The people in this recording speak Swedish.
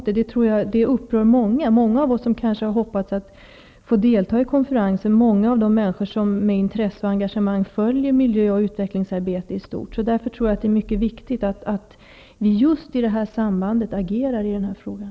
Det upprör många av oss som kanske har hoppats att få delta i konferensen, många som med intresse och engagemang följer miljö och utvecklingsarbete i stort. Därför tycker jag att det är mycket viktigt att vi just i detta samman hang agerar i den här frågan.